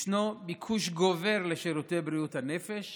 ישנו ביקוש גובר לשירותי בריאות הנפש,